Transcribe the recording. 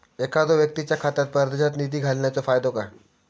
एखादो व्यक्तीच्या खात्यात परदेशात निधी घालन्याचो फायदो काय?